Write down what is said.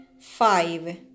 five